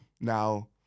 Now